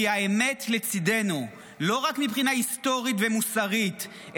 כי האמת לצידנו לא רק מבחינה היסטורית ומוסרית,